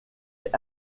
est